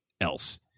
else